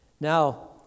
Now